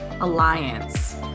Alliance